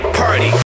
party